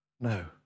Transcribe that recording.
No